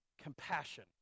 compassion